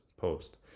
post